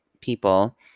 people